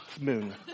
moon